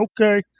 Okay